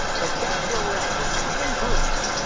but that's where we're at. we're cutting groups.